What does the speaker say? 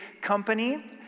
company